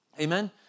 Amen